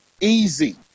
easy